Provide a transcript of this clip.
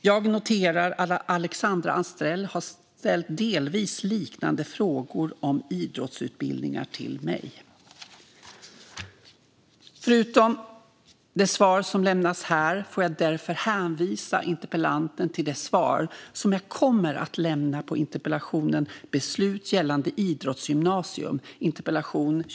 Jag noterar att Alexandra Anstrell har ställt delvis liknande frågor om idrottsutbildningar till mig. Förutom det svar som lämnas här får jag därför hänvisa interpellanten till det svar som jag kommer att lämna på interpellationen Beslut gällande idrottsgymnasium .